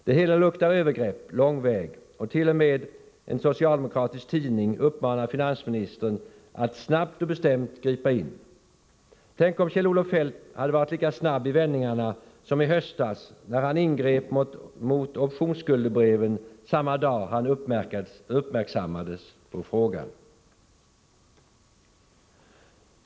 Det hela luktar övergrepp lång väg, och t.o.m. en socialdemokratisk tidning uppmanar finansministern att snabbt och bestämt gripa in. Tänk om Kjell-Olof Feldt hade varit lika snabb i vändningarna som i höstas, när han ingrep mot optionsskuldebreven samma dag han uppmärksammades på frågan.